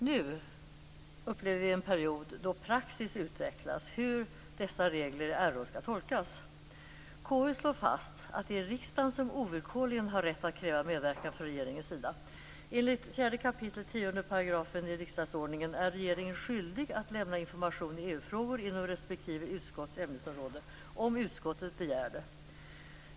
Nu upplever vi en period då praxis utvecklas för hur dessa regler i RO skall tolkas. KU slår fast att det är riksdagen som ovillkorligen har rätt att kräva medverkan från regeringens sida. Enligt 4 kap. 10 § riksdagsordningen är regeringen skyldig att lämna information i EU-frågor inom respektive utskotts ämnesområde om utskottet begär det.